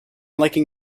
liking